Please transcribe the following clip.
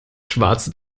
schwarze